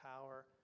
power